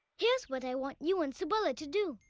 here's what i want you and subala to do,